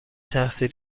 تحصیل